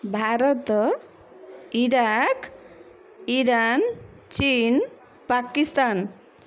Bharat Iraq Iran ଚୀନ୍ ପାକିସ୍ତାନ୍